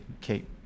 Kate